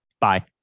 Bye